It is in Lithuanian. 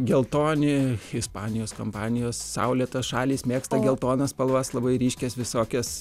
geltoni ispanijos kompanijos saulėtos šalys mėgsta geltonas spalvas labai ryškias visokias